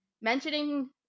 Mentioning